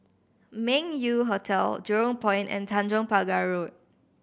Meng Yew Hotel Jurong Point and Tanjong Pagar Road